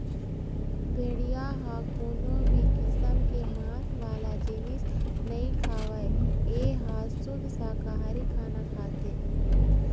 भेड़िया ह कोनो भी किसम के मांस वाला जिनिस नइ खावय ए ह सुद्ध साकाहारी खाना खाथे